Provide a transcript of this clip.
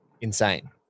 insane